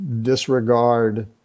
disregard